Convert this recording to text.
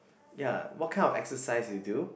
ya what kind of exercise you do